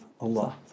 Allah